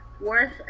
worth